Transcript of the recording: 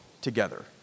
together